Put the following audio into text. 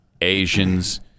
Asians